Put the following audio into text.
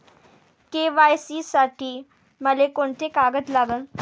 KYC साठी मले कोंते कागद लागन?